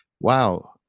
wow